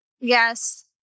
Yes